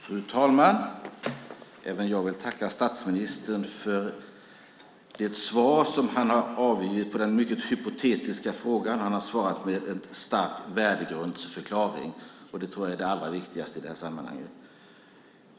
Fru talman! Även jag vill tacka statsministern för det svar som han har avgett på den mycket hypotetiska frågan. Han har svarat med en stark värdegrundsförklaring, och det tror jag är det allra viktigaste i det här sammanhanget.